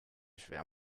schwer